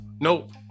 Nope